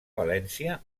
valència